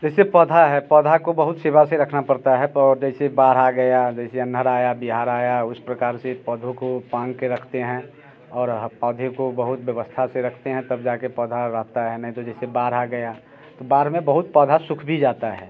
जैसे पौधा है पौधे को बहुत सेवा से रखना पड़ता है अब जैसे बाढ़ आ गया जैसे अंधड़ आया आया उस प्रकार से पौधे को बांध के रखते है और पौधे को बहुत व्यवस्था से रखते हैं तब जा कर पौधा रहता है नहीं तो जैसे बाढ़ आ गई तो बाढ़ में बहुत सूख भी जाता है